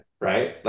right